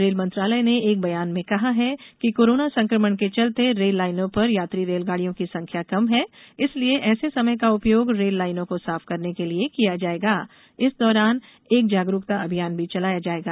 rail मंत्रालय ने एक बयान में कहा है कि कोरोना संकमण के चलते रेल लाइनों पर यात्री रेलगाड़ियों की संख्या कम है इसलिये ऐसे समय का उपयोग रेल लाइनों को साफ करने के लिये किया जाएगा इस दौरान एक जागरूकता अभियान भी चलाया जाएगा